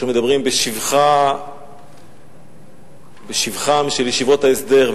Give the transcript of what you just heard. שמדברים בשבחן של ישיבות ההסדר,